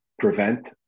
prevent